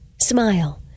smile